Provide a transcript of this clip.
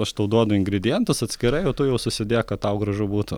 aš tau duodu ingredientus atskirai o tu jau susidėk kad tau gražu būtų